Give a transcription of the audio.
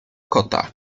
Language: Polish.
kota